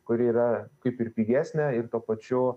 kuri yra kaip ir pigesnė ir tuo pačiu